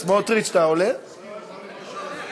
בקשה לאישור מיזם